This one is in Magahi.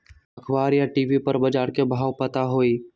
अखबार या टी.वी पर बजार के भाव पता होई?